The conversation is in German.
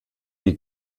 wie